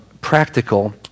practical